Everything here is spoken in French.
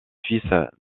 suisses